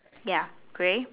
ya grey